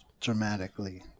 dramatically